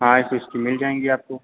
हाँ तो उसकी मिल जाएँगी आपको